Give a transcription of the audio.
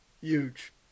Huge